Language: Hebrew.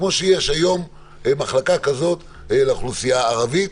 כמו שיש היום מחלקה כזאת לאוכלוסייה הערבית,